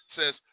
says